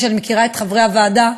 כפי שאני מכירה את חברי הוועדה,